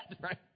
right